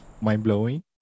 mind-blowing